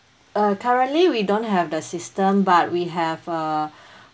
uh currently we don't have the system but we have uh